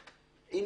ביטול.